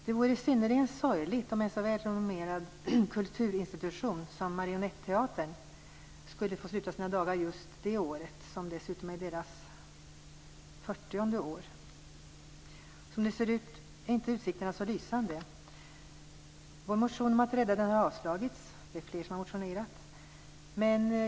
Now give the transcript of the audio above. Det vore synnerligen sorgligt om en så välrenommerad kulturinstitution som Marionetteatern skulle få sluta sina dagar just det året, som dessutom är dess fyrtionde år. Som det ser ut är inte utsikterna så lysande. Vår motion om att rädda den har avslagits. Det är också fler som har motionerat.